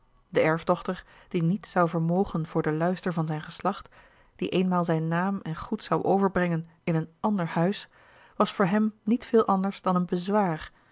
de erfdochter die niets zou vermogen voor den luister van zijn geslacht die eenmaal zijn naam en goed zou overbrengen in een ander huis was voor hem niet veel anders dan een bezwaar